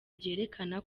byerekana